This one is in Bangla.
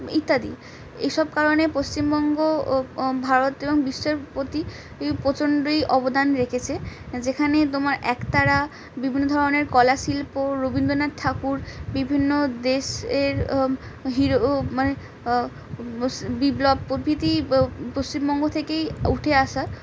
ইত্যাদি এসব কারণে পশ্চিমবঙ্গ ভারত এবং বিশ্বের প্রতি প্রচণ্ডই অবদান রেখেছে যেখানে তোমার একতারা বিভিন্ন ধরনের কলা শিল্প রবীন্দ্রনাথ ঠাকুর বিভিন্ন দেশের হিরো মানে বিপ্লব প্রভৃতি পশ্চিমবঙ্গ থেকেই উঠে আসা